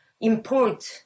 import